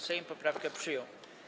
Sejm poprawkę przyjął.